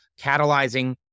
catalyzing